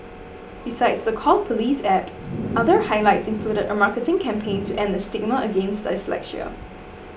besides the Call Police App other highlights included a marketing campaign to end the stigma against dyslexia